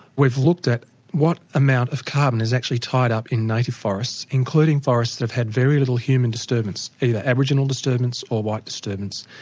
we've looked at what amount of carbon is actually tied up in native forests, including forests that have had very little human disturbance, either aboriginal disturbance or white disturbance.